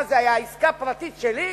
מה, זה היה עסקה פרטית שלי?